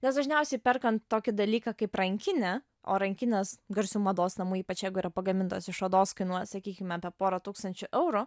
nes dažniausiai perkant tokį dalyką kaip rankinę o rankinės garsių mados namų ypač jeigu yra pagamintos iš odos kainuoja sakykime apie porą tūkstančių eurų